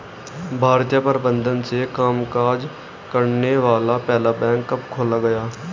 भारतीय प्रबंधन से कामकाज करने वाला पहला बैंक कब खोला गया?